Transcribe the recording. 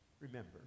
remember